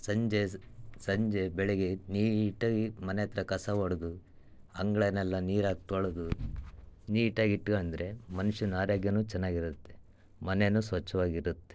ಸಂಜೆ ಸ್ ಸಂಜೆ ಬೆಳಿಗ್ಗೆ ನೀಟಾಗಿ ಮನೆ ಹತ್ರ ಕಸ ಹೊಡೆದು ಅಂಗಳನ್ನೆಲ್ಲ ನೀರು ಹಾಕಿ ತೊಳೆದು ನೀಟಾಗಿ ಇಟ್ಕಂಡ್ರೆ ಮನುಷ್ಯನ ಆರೋಗ್ಯನೂ ಚೆನ್ನಾಗಿರುತ್ತೆ ಮನೇನೂ ಸ್ವಚ್ಛವಾಗಿರುತ್ತೆ